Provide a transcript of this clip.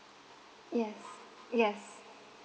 yes yes